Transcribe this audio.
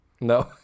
No